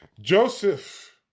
Joseph